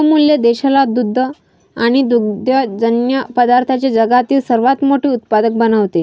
अमूल देशाला दूध आणि दुग्धजन्य पदार्थांचे जगातील सर्वात मोठे उत्पादक बनवते